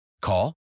Call